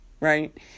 Right